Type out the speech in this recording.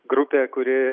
grupė kuri